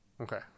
Okay